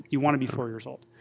you want to be four years old.